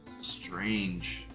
Strange